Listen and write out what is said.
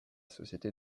société